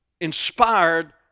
inspired